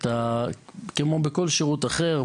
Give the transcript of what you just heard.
כמו בכל שירות אחר.